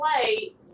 play